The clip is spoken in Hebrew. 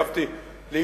מי סופר?